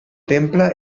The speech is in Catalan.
temple